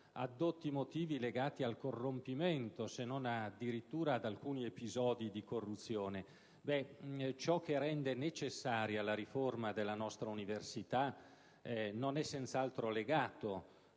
addotti motivi legati al corrompimento, se non addirittura ad alcuni episodi di corruzione. Ciò che rende necessaria la riforma della nostra università non è legato